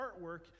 artwork